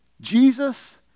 Jesus